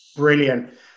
brilliant